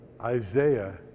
Isaiah